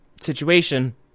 situation